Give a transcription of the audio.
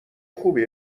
خوبی